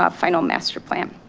ah final master plan.